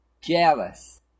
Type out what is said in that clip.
jealous